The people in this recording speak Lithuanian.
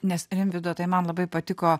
nes rimvydo tai man labai patiko